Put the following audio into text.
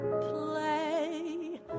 Play